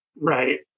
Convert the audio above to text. Right